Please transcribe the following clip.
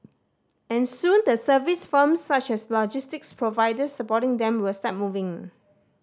and soon the service firms such as logistics providers supporting them will start moving